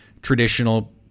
Traditional